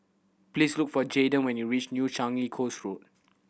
please look for Jaiden when you reach New Changi Coast Road